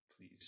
Please